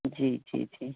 जी जी जी